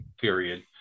period